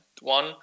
one